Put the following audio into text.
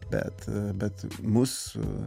bet bet mus